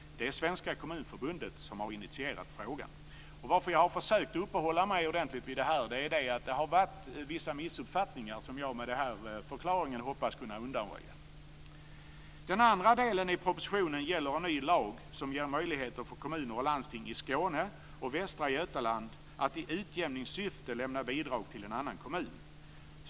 Det är Svenska kommunförbundet som har initierat frågan. Jag har uppehållit mig ordentligt med detta därför att det varit vissa missuppfattningar som jag med denna förklaring hoppas ha kunnat undanröja. Den andra frågan gäller en ny lag som ger möjligheter för kommuner och landsting i Skåne och Västra Götaland att i utjämningssyfte lämna bidrag till en annan kommun.